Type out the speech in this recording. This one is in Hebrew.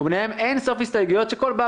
וביניהם אין-סוף הסתייגויות שלכל בר